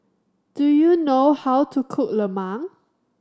do you know how to cook lemang